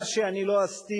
מה שאני לא אסתיר,